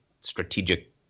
strategic